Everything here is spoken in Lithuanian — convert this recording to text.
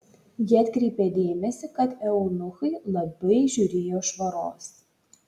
ji atkreipė dėmesį kad eunuchai labai žiūrėjo švaros